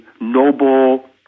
noble